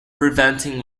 preventing